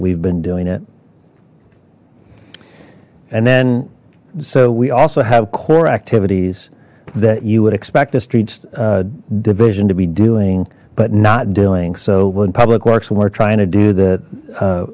we've been doing it and then so we also have core activities that you would expect the streets division to be doing but not doing so when public works we're trying to do that